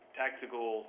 tactical